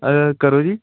ਕਰੋ ਜੀ